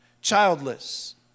childless